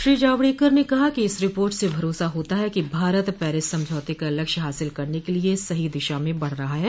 श्री जावड़ेकर ने कहा कि इस रिपोर्ट से भरोसा होता है कि भारत पैरिस समझौते का लक्ष्य हासिल करने के लिए सही दिशा में बढ़ रहा है